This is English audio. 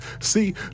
See